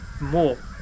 more